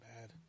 bad